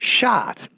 shot